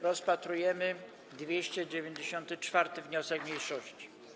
Rozpatrujemy 294. wniosek mniejszości.